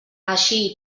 així